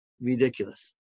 ridiculous